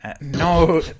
No